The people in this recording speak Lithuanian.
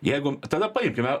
jeigu tada paimkime